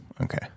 Okay